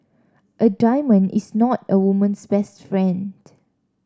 a diamond is not a woman's best friend